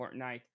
Fortnite